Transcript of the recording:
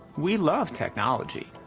we love technology,